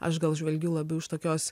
aš gal žvelgiu labiau iš tokios